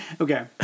Okay